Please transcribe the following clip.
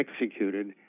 executed